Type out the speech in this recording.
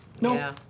No